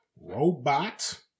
Robot